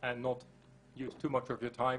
הכוונות שלכם